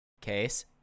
Case